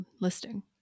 listing